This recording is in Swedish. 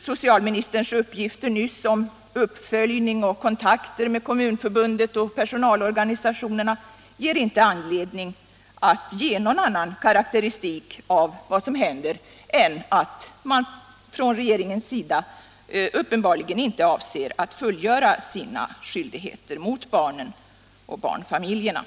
Socialministerns uppgifter nyss om uppföljning och kontakter med Kommunförbundet och personalorganisationerna ger inte anledning till någon annan karakteristik av vad som händer än att man från regeringens sida uppenbarligen inte avser att fullgöra sina skyldigheter mot barnen och barnfamiljerna.